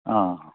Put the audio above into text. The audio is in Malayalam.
ആ